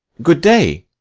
good day